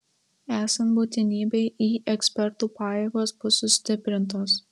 esant būtinybei į ekspertų pajėgos bus sustiprintos